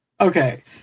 Okay